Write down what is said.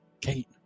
Kate